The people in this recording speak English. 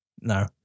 No